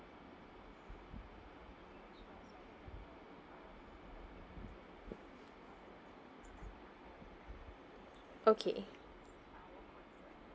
okay